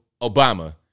Obama